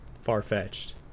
far-fetched